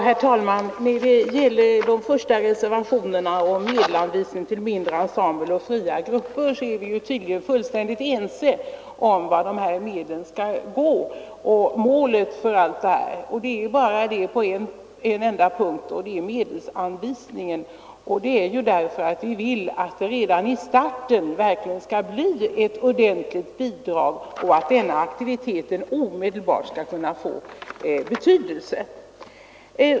Herr talman! När det gäller reservationerna om medelsanvisning till mindre ensembler och fria grupper är vi tydligen fullständigt ense om vart medlen skall gå. Bara på en punkt skiljer sig våra uppfattningar. Vi vill att det redan i starten verkligen skall bli ett ordentligt bidrag så att denna aktivitet omedelbart kan få betydelse.